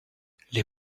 les